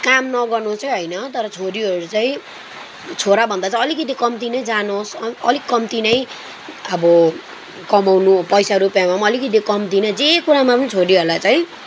काम नगर्नु चाहिँ होइन तर छोरीहरू चाहिँ छोराभन्दा चाहिँ अलिकति कम्ती नै जानोस् अलिक कम्ती नै अब कमाउनु पैसा रुपियाँमा पनि अलिकति कम्ती नै जे कुरामा पनि छोरीहरूलाई चाहिँ